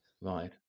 Right